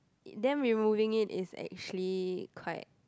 them removing it is actually quite